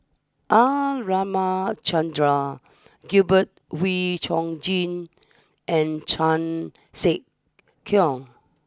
R Ramachandran Gabriel Oon Chong Jin and Chan Sek Keong